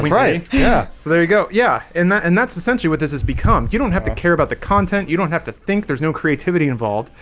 right yeah, so there you go yeah in that and that's essentially what this has become you don't have to care about the content you don't have to think there's no creativity involved.